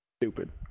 Stupid